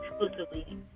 exclusively